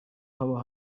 haba